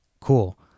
cool